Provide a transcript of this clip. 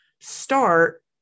start